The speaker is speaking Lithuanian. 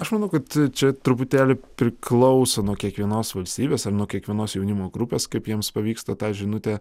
aš manau kad čia truputėlį priklauso nuo kiekvienos valstybės ar nuo kiekvienos jaunimo grupės kaip jiems pavyksta tą žinutę